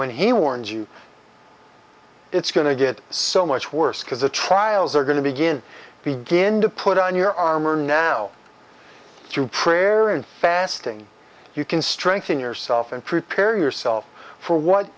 when he warns you it's going to get so much worse because the trials are going to begin begin to put on your armor now through prayer and fasting you can strengthen yourself and prepare yourself for what